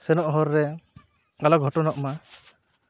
ᱥᱮᱱᱚᱜ ᱦᱚᱨᱨᱮ ᱟᱞᱚ ᱜᱷᱚᱴᱚᱱᱚᱜ ᱢᱟ